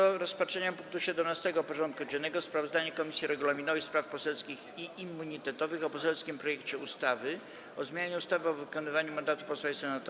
Powracamy do rozpatrzenia punktu 17. porządku dziennego: Sprawozdanie Komisji Regulaminowej, Spraw Poselskich i Immunitetowych o poselskim projekcie ustawy o zmianie ustawy o wykonywaniu mandatu posła i senatora.